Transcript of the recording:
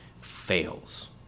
fails